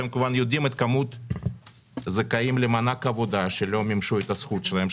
אתם כמובן יודעים את כמות הזכאים למענק עבודה שלא מימשו את הזכות שלהם,